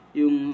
yung